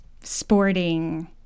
sporting